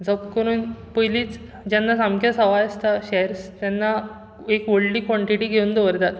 झप करुन पयलीच जेन्ना सामके सवाय आसता शॅयरस तेन्ना एक व्हडली कोंटीटी घेवन दवरतात